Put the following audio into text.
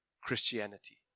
Christianity